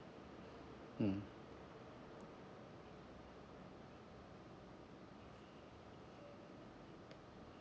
mm